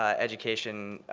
ah education,